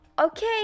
Okay